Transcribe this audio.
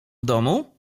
domu